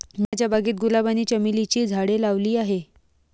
मी माझ्या बागेत गुलाब आणि चमेलीची झाडे लावली आहे